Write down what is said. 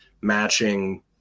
matching